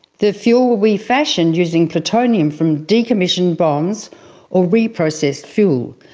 the fuel will be fashioned using plutonium from decommissioned bombs or reprocessed fuel.